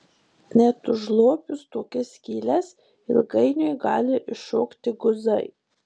net užlopius tokias skyles ilgainiui gali iššokti guzai